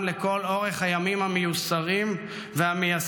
לכל אורך הימים המיוסרים והמייסרים,